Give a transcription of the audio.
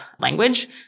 language